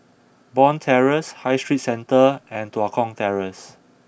Bond Terrace High Street Centre and Tua Kong Terrace